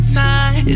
time